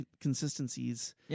consistencies